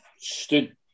stood